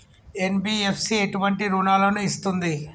NBFC ఎటువంటి రుణాలను ఇస్తుంది?